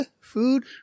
food